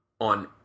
On